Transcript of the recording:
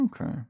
Okay